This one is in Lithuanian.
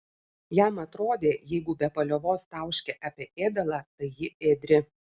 jam atrodė jeigu be paliovos tauškia apie ėdalą tai ji ėdri